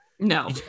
No